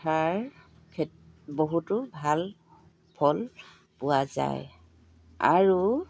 পথাৰ বহুতো ভাল ফল পোৱা যায় আৰু